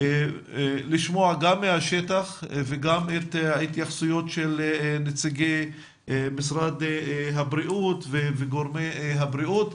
לשמוע גם מהשטח וגם התייחסויות של נציגי משרד הבריאות וגורמי הבריאות,